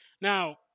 now